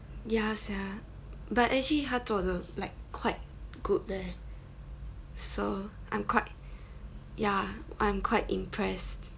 ya sia but actually 他做得 like quite good leh so I'm quite ya I'm quite impressed